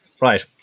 Right